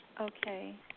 Okay